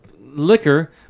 liquor